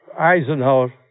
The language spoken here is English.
Eisenhower